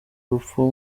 urupfu